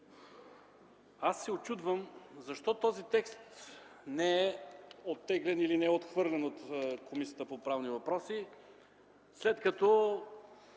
Аз се учудвам защо този текст не е оттеглен или отхвърлен от Комисията по правни въпроси, след като